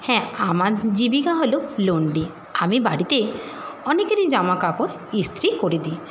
হ্যাঁ আমার জীবিকা হল লন্ড্রি আমি বাড়িতে অনেকেরই জামাকাপড় ইস্ত্রি করে দিই